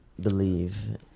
believe